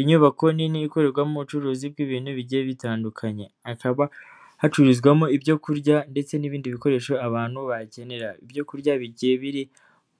Inyubako nini ikorerwamo ubucuruzi bw'ibintu bigiye bitandukanye, hakaba hacururizwamo ibyo kurya ndetse n'ibindi bikoresho abantu bakenera, ibyo kurya bi biri